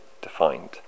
defined